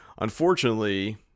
unfortunately